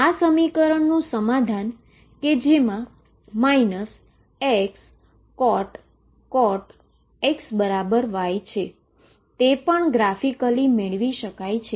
આ સમીકરણનું સમાધાન કે જેમા Xcot X Y છે તે પણ ગ્રાફિકલી મેળવી શકાય છે